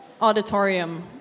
auditorium